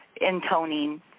intoning